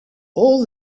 all